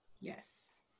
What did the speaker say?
Yes